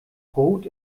rot